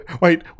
Wait